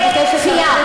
אני מבקשת לרדת,